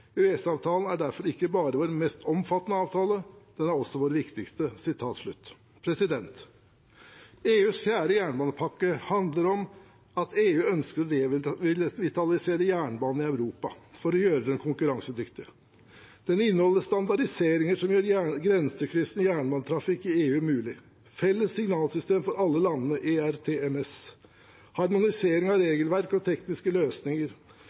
er derfor ikke bare vår mest omfattende avtale, den er også vår viktigste.» EUs fjerde jernbanepakke handler om at EU ønsker å revitalisere jernbanen i Europa – for å gjøre den konkurransedyktig. Den inneholder standardiseringer som gjør grensekryssende jernbanetrafikk i EU mulig: felles signalsystem for alle landene, ERTMS, harmonisering av regelverk og tekniske løsninger,